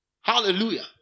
Hallelujah